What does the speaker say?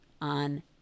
on